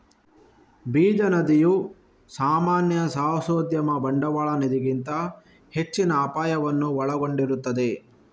ಬೀಜ ನಿಧಿಯು ಸಾಮಾನ್ಯ ಸಾಹಸೋದ್ಯಮ ಬಂಡವಾಳ ನಿಧಿಗಿಂತ ಹೆಚ್ಚಿನ ಅಪಾಯವನ್ನು ಒಳಗೊಂಡಿರುತ್ತದೆ